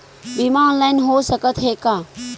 बीमा ऑनलाइन हो सकत हे का?